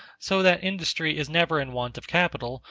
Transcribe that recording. so that industry is never in want of capital,